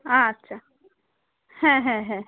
আচ্ছা হ্যাঁ হ্যাঁ হ্যাঁ